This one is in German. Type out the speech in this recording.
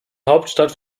hauptstadt